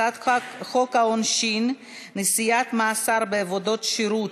הצעת חוק העונשין (נשיאת מאסר בעבודות שירות,